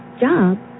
job